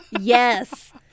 Yes